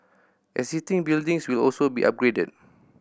existing buildings will also be upgraded